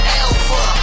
alpha